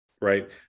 right